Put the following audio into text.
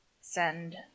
send